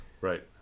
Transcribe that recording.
Right